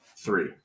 Three